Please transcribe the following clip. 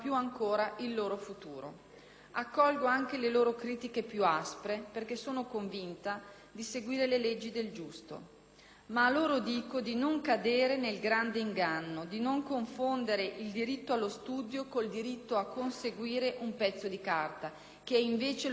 Accolgo anche le loro critiche più aspre perché sono convinta di seguire le leggi del giusto. Ma a loro dico di non cadere nel grande inganno, di non confondere il diritto allo studio col diritto a conseguire un pezzo di carta, che è invece lo svilimento dello studio.